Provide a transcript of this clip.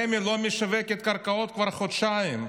רמ"י לא משווקת קרקעות כבר חודשיים,